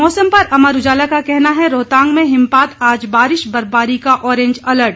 मौसम पर अमर उजाला का कहना है रोहतांग में हिमपात आज बारिश बर्फबारी का ऑरेंज अलर्ट